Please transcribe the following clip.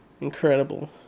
Incredible